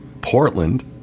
Portland